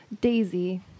Daisy